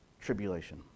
tribulation